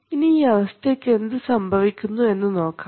ഇനി ഈ അവസ്ഥയ്ക്ക് എന്തു സംഭവിക്കുന്നു എന്ന് നോക്കാം